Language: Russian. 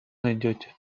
найдёте